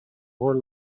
were